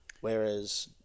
Whereas